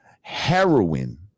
heroin